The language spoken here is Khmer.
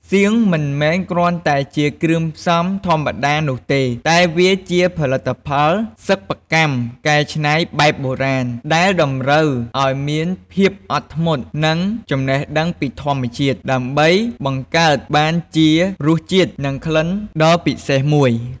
សៀង មិនមែនគ្រាន់តែជាគ្រឿងផ្សំធម្មតានោះទេ តែវាជាផលិតផលសិប្បកម្មកែច្នៃបែបបុរាណ ដែលតម្រូវឱ្យមានភាពអត់ធ្មត់ និងចំណេះដឹងពីធម្មជាតិ ដើម្បីបង្កើតបានជារសជាតិ និងក្លិនដ៏ពិសេសមួយ។